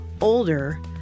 older